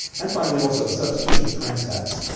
and finally also, the substitution of trans fats,